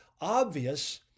obvious